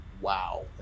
wow